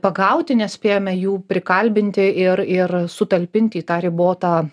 pagauti nespėjome jų prikalbinti ir ir sutalpint į tą ribotą